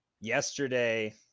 yesterday